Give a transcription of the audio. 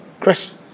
Chris